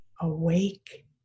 awake